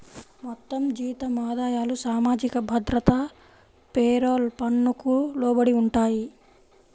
మొత్తం జీతం ఆదాయాలు సామాజిక భద్రత పేరోల్ పన్నుకు లోబడి ఉంటాయి